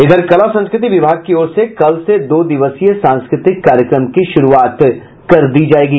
इधर कला संस्कृति विभाग की ओर से कल से दो दिवसीय सांस्कृतिक कार्यक्रम की शुरूआत कर दी जायेगी